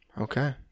Okay